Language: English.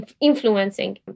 influencing